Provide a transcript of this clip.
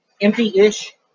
empty-ish